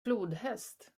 flodhäst